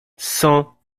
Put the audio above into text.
cent